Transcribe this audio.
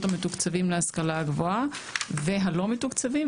המתוקצבים להשכלה גבוהה והלא מתוקצבים,